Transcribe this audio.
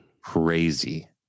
crazy